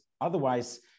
Otherwise